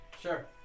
Sure